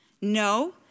No